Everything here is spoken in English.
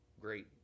great